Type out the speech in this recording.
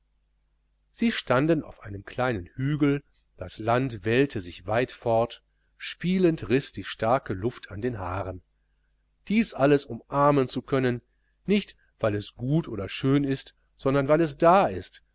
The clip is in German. sie standen auf einem kleinen hügel das land wellte sich weit fort spielend riß die starke luft an den haaren dies alles umarmen können nicht weil es gut oder schön ist sondern weil es da ist